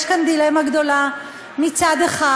יש כאן דילמה גדולה: מצד אחד,